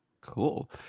Cool